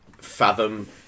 Fathom